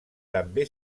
també